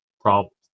problems